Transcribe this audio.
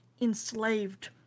enslaved